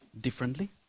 differently